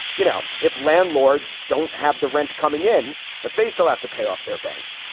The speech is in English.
you know, if landlords don't have the rent coming in, but they still have to pay off their banks,